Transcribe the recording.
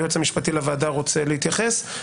היועץ המשפטי לוועדה רוצה להתייחס.